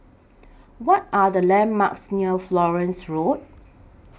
What Are The landmarks near Florence Road